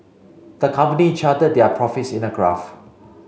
the company charted their profits in a graph